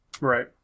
Right